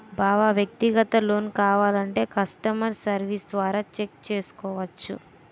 బావా వ్యక్తిగత లోన్ కావాలంటే కష్టమర్ సెర్వీస్ల ద్వారా చెక్ చేసుకోవచ్చు